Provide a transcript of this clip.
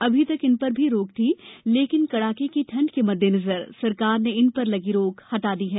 अभी तक इन पर भी रोक थी लेकिन कड़ाके ठण्ड के मद्देनजर सरकार ने इन पर लगी रोक हटा ली है